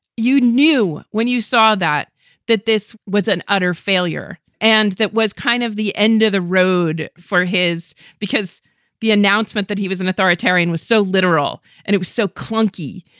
you knew when you saw that that this was an utter failure and that was kind of the end of the road for his because the announcement that he was an authoritarian was so literal and it was so clunky.